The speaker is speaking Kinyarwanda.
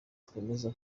twemeza